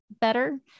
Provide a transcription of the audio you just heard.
better